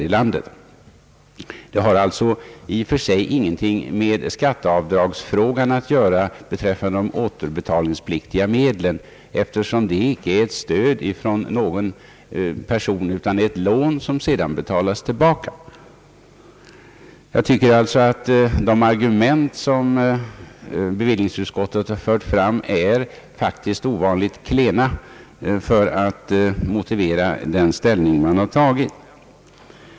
I och för sig har det alltså ingenting med skatteavdragsfrågan beträffande de återbetalningspliktiga medlen att göra, eftersom det inte gäller ett stöd från någon person utan ett lån som sedan betalas tillbaka. Jag tycker att de argument som bevillningsutskottet anfört är ovanligt klena för att motivera den ställning man tagit.